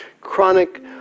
chronic